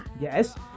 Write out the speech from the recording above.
Yes